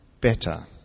better